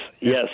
Yes